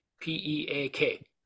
P-E-A-K